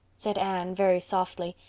said anne, very softly,